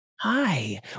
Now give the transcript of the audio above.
Hi